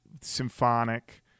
Symphonic